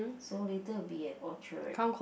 so later we'll be at Orchard